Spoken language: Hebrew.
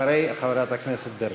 אחרי חברת הכנסת ברקו.